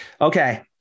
Okay